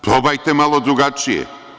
Probajte malo drugačije.